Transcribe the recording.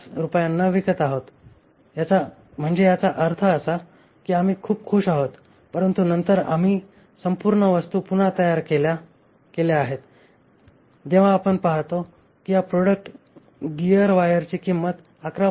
5 रुपयांवर विकत आहोत म्हणजे याचा अर्थ असा की आम्ही खूप खूष आहोत परंतु नंतर आम्ही संपूर्ण वस्तू पुन्हा तयार केल्या आहेत जेव्हा आपण पाहतो की या प्रोडक्ट गीयर वायरची किंमत 11